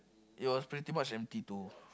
it was pretty much empty too